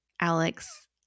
Alex